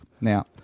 Now